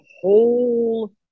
whole